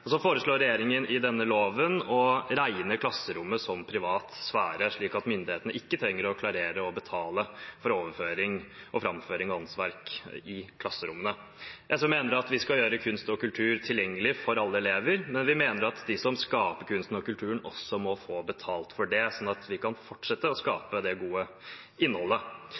foreslår i denne loven å regne klasserommet som privat sfære, slik at myndighetene ikke trenger å klarere og betale for overføring og framføring av åndsverk i klasserommene. SV mener at vi skal gjøre kunst og kultur tilgjengelig for alle elever, men vi mener også at de som skaper kunsten og kulturen, må få betalt for det, slik at de kan fortsette å skape det gode innholdet.